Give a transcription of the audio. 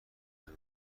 کنم